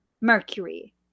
Mercury